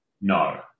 No